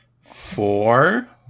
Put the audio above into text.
four